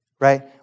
Right